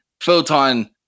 Photon